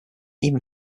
even